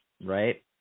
Right